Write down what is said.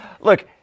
look